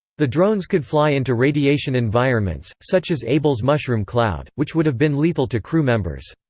the drones could fly into radiation environments, such as able's mushroom cloud, which would have been lethal to crew members.